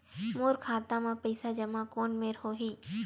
मोर खाता मा पईसा जमा कोन मेर होही?